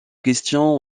question